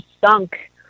sunk